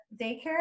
daycare